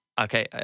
okay